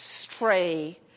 stray